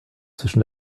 zwischen